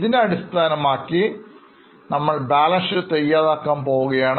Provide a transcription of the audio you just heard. ഇതിനെ അടിസ്ഥാനമാക്കി നമ്മൾ ബാലൻസ് ഷീറ്റ് തയ്യാറാക്കാൻ പോവുകയാണ്